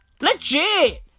Legit